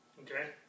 Okay